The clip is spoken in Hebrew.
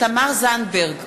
תמר זנדברג,